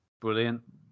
brilliant